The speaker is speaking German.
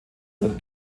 der